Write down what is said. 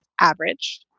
average